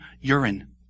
urine